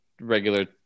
regular